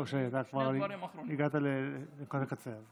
הגעת לנקודת הקצה.